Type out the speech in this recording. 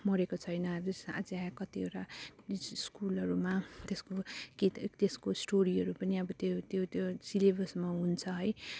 मरेको छैन जस्ट अझै कतिवटा स्कुलहरूमा त्यसको कि त्यसको स्टोरीहरू पनि अब त्यो त्यो त्यो सिलेबसमा हुन्छ है